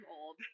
old